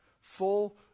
full